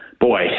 Boy